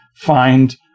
find